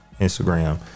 Instagram